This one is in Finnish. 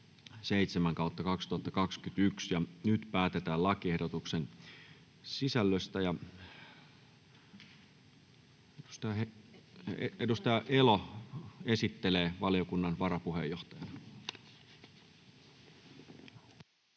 Nyt päätetään lakiehdotuksen sisällöstä. — Valiokunnan varapuheenjohtaja,